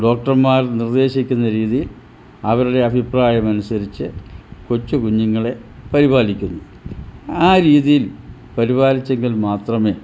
ഡോക്ടർമാർ നിർദ്ദേശിക്കുന്ന രീതിയിൽ അവരുടെ അഭിപ്രായം അനുസരിച്ച് കൊച്ചു കുഞ്ഞുങ്ങളെ പരിപാലിക്കുന്നു ആ രീതിയിൽ പരിപാലിച്ചെങ്കിൽ മാത്രമേ